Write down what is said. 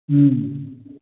ꯎꯝ